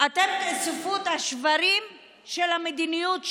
אתם תאספו את השברים של המדיניות שלנו,